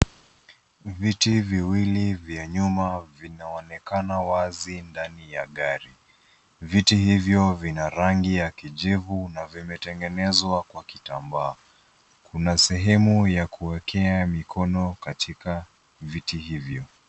Viti viwili vya nyuma vinaonekana wazi ndani ya gari. Viti ivyo vina rangi ya kijivu na vimetegenezwa kwa kitambaa. Kuna sehemu ya kuwekea mikono katika viti ivyo.